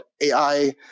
AI